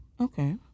Okay